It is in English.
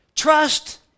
Trust